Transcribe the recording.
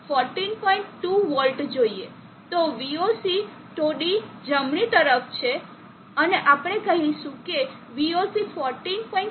તો VOC થોડી જમણી તરફ છે અને આપણે કહીશું કે VOC 14